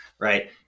right